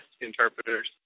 interpreters